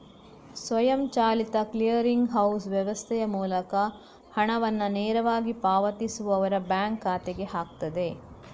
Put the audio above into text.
ಸ್ವಯಂಚಾಲಿತ clearing house ವ್ಯವಸ್ಥೆಯ ಮೂಲಕ ಹಣವನ್ನ ನೇರವಾಗಿ ಪಾವತಿಸುವವರ ಬ್ಯಾಂಕ್ ಖಾತೆಗೆ ಹಾಕ್ತದೆ